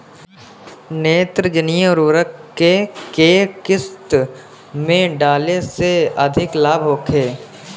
नेत्रजनीय उर्वरक के केय किस्त में डाले से अधिक लाभ होखे?